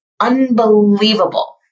unbelievable